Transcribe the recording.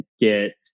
get